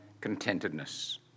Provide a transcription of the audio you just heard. contentedness